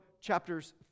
chapters